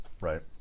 Right